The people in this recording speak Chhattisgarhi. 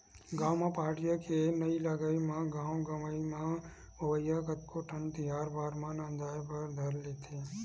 गाँव म पहाटिया के नइ लगई म गाँव गंवई म होवइया कतको ठन तिहार बार ह नंदाय बर धर लेथे